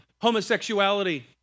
homosexuality